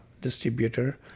distributor